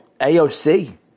AOC